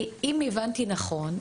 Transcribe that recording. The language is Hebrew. אם הבנתי נכון,